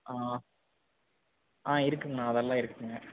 ஆ இருக்குதுங்கண்ணா அதெல்லாம் இருக்குதுங்க